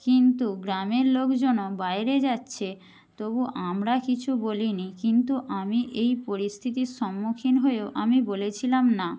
কিন্তু গ্রামের লোকজনও বাইরে যাচ্ছে তবু আমরা কিছু বলিনি কিন্তু আমি এই পরিস্থিতির সম্মুখীন হয়েও আমি বলেছিলাম না